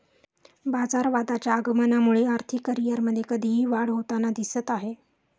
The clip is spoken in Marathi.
बाजारवादाच्या आगमनामुळे आर्थिक करिअरमध्ये कधीही वाढ होताना दिसत आहे